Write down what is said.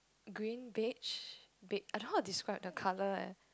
green beige bei~ I don't know how to describe the colour leh